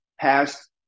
past